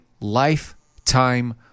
lifetime